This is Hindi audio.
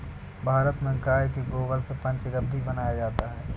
भारत में गाय के गोबर से पंचगव्य भी बनाया जाता है